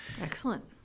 excellent